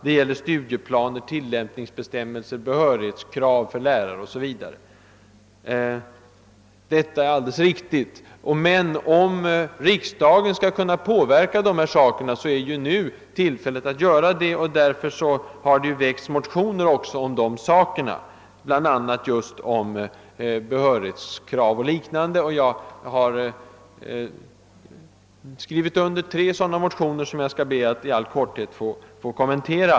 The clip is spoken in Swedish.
t.ex.' studieplaner, tillämpningsbestämmelser och behörighetskrav för lärare. Detta är alldeles riktigt, men om: riksdagen skall kunna påverka dessa förhållanden, är nu tillfället att göra det. Därför har det också väckts motioner i dessa frågor, bl.a. just om behörighetskraven. Jag har skrivit under tre sådana motioner, som jag ber att i all korthet få kommentera.